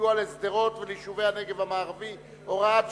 סיוע לשדרות וליישובי הנגב המערבי (הוראת שעה)